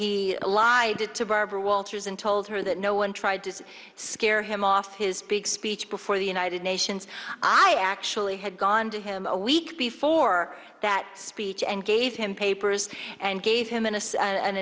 he lied to barbara walters and told her that no one tried to scare him off his big speech before the united nations i actually had gone to him a week before that speech and gave him papers and gave him an a